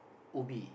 Ubi